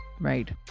right